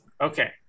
Okay